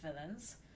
villains